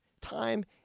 time